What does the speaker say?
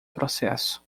processo